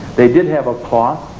they did have a cloth,